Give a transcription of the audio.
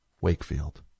Wakefield